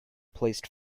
placed